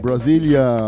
Brasilia